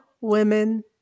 women